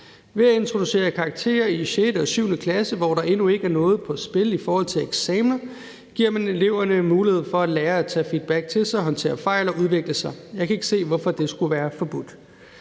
Ved at introducere karakterer i 6. og 7. klasse, hvor der endnu ikke er noget på spil i forhold til eksamener, giver man eleverne mulighed for at lære at tage feedback til sig, håndtere fejl og udvikle sig. Jeg kan ikke se, hvorfor det skulle være forbudt.